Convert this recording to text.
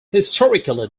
historically